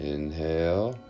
Inhale